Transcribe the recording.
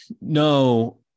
No